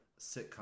sitcom